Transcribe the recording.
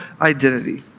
identity